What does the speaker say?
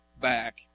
back